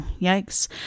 yikes